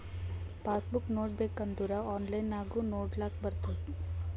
pass book ನೋಡ್ಬೇಕ್ ಅಂದುರ್ online ನಾಗು ನೊಡ್ಲಾಕ್ ಬರ್ತುದ್